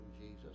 Jesus